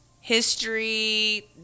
History